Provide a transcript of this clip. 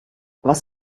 was